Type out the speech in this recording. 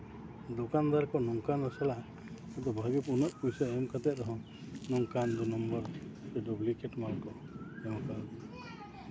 ᱫᱳᱠᱟᱱᱫᱟᱨ ᱠᱚ ᱱᱚᱝᱠᱟᱱᱟ ᱥᱟᱞᱟ ᱵᱷᱟᱹᱜᱤ ᱩᱱᱟᱹᱜ ᱯᱚᱭᱥᱟ ᱮᱢ ᱠᱟᱛᱮᱫ ᱨᱮᱦᱚᱸ ᱱᱚᱝᱠᱟᱱ ᱫᱩ ᱱᱚᱢᱵᱚᱨ ᱥᱮ ᱰᱩᱵᱽᱞᱤᱠᱮᱴ ᱢᱟᱞ ᱠᱚ ᱮᱢ ᱠᱟᱣᱫᱤᱧᱟ